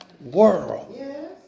world